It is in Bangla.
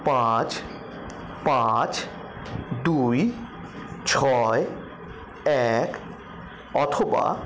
পাঁচ পাঁচ দুই ছয় এক অথবা